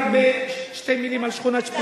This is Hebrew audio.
רק בשתי מלים על שכונת-שפרינצק.